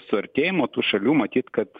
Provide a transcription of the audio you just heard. suartėjimo tų šalių matyt kad